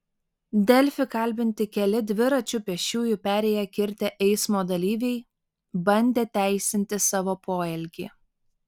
delfi kalbinti keli dviračiu pėsčiųjų perėją kirtę eismo dalyviai bandė teisinti savo poelgį